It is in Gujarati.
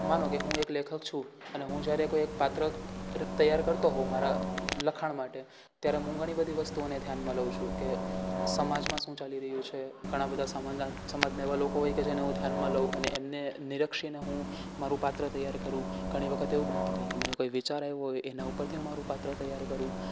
માનો કે હું એક લેખક છું અને જ્યારે હું કોઈ એક પાત્ર તૈયાર કરતો હોઉં મારા લખાણ માટે ત્યારે હું ઘણી બધી વસ્તુને ધ્યાનમાં લઉં છું કે સમાજમાં શું ચાલી રહ્યું છે ઘણાં બધાં સમાજના સમાજના એવા લોકો હોય કે હું જેને ધ્યાનમાં લઉં અને એમને નિરખીને હું મારું પાત્ર તૈયાર કરું ઘણી વખત એવું બનતું હોય કે મને કોઈ વિચાર આવ્યો હોય તો એના ઉપરથી હું મારું પાત્ર તૈયાર કરું